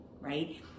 right